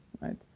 right